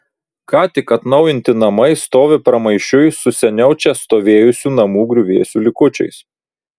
ką tik atnaujinti namai stovi pramaišiui su seniau čia stovėjusių namų griuvėsių likučiais